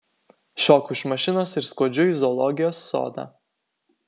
šoku iš mašinos ir skuodžiu į zoologijos sodą